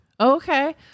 Okay